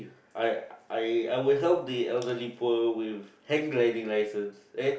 I I I would help the elderly poor with hand gliding licences eh